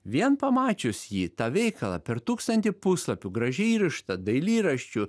vien pamačius jį tą veikalą per tūkstantį puslapių gražiai įrištą dailyraščiu